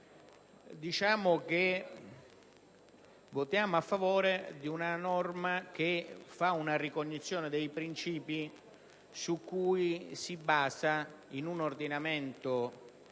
1. Votiamo a favore di una norma che fa una ricognizione dei principi su cui si basa, in un ordinamento